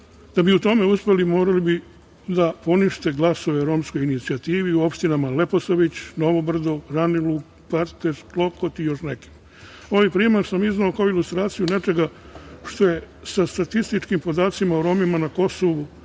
bi u tome uspeli morali bi da ponište glasove romskoj inicijativi u opštinama Leposavić, Novo brdo, Ranilug, Klokot i još nekim. Ovaj primer sam izneo kao ilustraciju nečega što je sa statističkim podacima o Romima na Kosovu